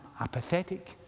apathetic